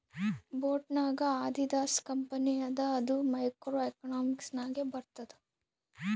boat ನಾಗ್ Adidas company ಅದ ಅದು ಮೈಕ್ರೋ ಎಕನಾಮಿಕ್ಸ್ ನಾಗೆ ಬರ್ತುದ್